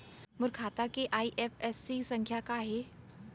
मोर खाता के आई.एफ.एस.सी संख्या का हे?